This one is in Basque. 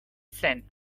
zen